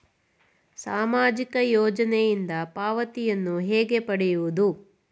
ಸಾಮಾಜಿಕ ಯೋಜನೆಯಿಂದ ಪಾವತಿಯನ್ನು ಹೇಗೆ ಪಡೆಯುವುದು?